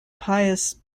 pious